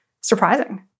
surprising